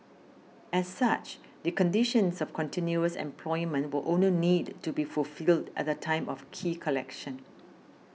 as such the conditions of continuous employment will only need to be fulfilled at the time of key collection